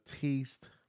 taste